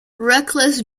reckless